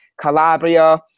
Calabria